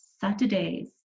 saturdays